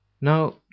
now